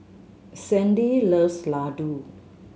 Sandi loves laddu